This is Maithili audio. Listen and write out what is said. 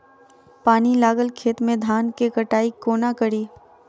पानि लागल खेत मे धान केँ कटाई कोना कड़ी?